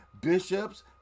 bishops